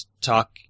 talk